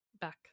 back